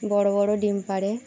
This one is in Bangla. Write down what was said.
বড় বড় ডিম পাড়ে